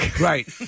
Right